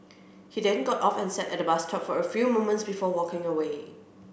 he then got off and sat at the bus stop for a few moments before walking away